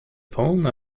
phone